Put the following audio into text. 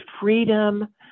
freedom